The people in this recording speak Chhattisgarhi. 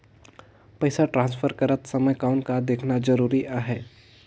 पइसा ट्रांसफर करत समय कौन का देखना ज़रूरी आहे?